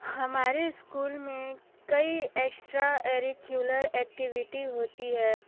हमारे स्कूल में कई एक्स्ट्रा एरिक्युलर एक्टिविटी होती है